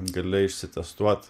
gali išsitestuot